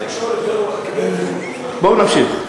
בואו נמשיך,